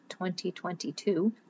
2022